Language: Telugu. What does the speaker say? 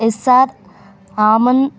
SR Amman